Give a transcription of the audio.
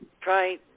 try